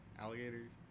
alligators